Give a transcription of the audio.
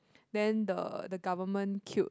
then the the government killed